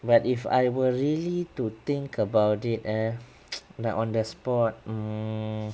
but if I were really to think about it eh like on the spot hmm